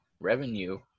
revenue